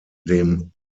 dem